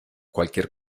cualquier